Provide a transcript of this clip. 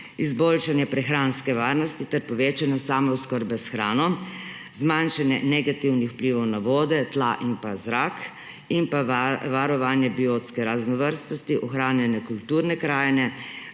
izboljšanje prehranske varnosti ter povečanje samooskrbe s hrano, zmanjšanje negativnih vplivov na vode, tal in pa zrak in pa varovanje biotske raznovrstnosti, ohranjanja kulturne krajine,